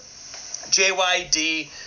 JYD